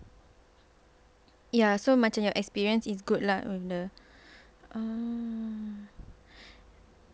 ya so macam your experience is good lah from the oh